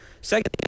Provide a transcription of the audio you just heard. Second